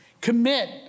commit